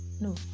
No